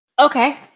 Okay